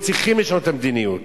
וצריכים לשנות את המדיניות,